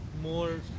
more